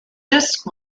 disc